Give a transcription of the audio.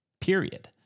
period